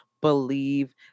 believe